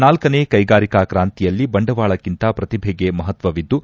ನಾಲ್ಕನೇ ಕೈಗಾರಿಕಾ ಕಾಂತಿಯಲ್ಲಿ ಬಂಡವಾಳಕ್ಕಿಂತ ಪ್ರತಿಭೆಗೆ ಮಪತ್ವವಿದ್ದು